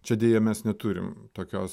čia deja mes neturim tokios